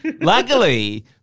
Luckily